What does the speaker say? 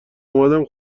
اومدم